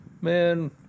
Man